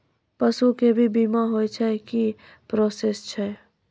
पसु के भी बीमा होय छै, की प्रोसेस छै?